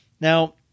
now